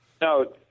No